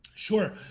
Sure